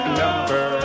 number